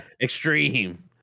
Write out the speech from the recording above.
extreme